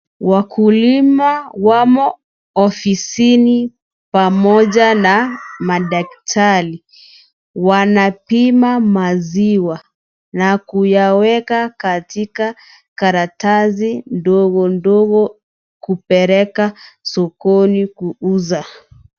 Wakulima wamo ofisini pamoja na madaktari. Wanapima maziwa na kuyaweka katika karatasi ndogo ndogo na kupeleka sokoni kuuza.